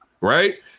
right